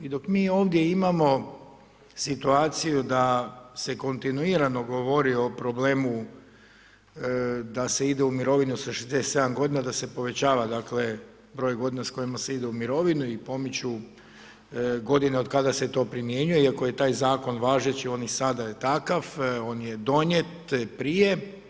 I dok mi ovdje imamo situaciju da se kontinuirano govori o problemu da se ide u mirovinu sa 67 godina, da se povećava, dakle, broj godina s kojima se ide u mirovinu i pomiču godine otkada se to primjenjuje iako je taj Zakon važeći, on i sada je takav, on je donijet prije.